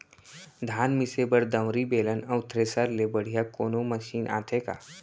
धान मिसे बर दंवरि, बेलन अऊ थ्रेसर ले बढ़िया कोनो मशीन आथे का?